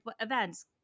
events